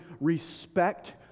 respect